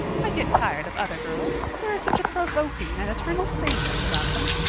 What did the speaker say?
i get tired of other girls there is such a provoking and eternal sameness about them.